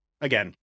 again